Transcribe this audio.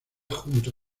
junto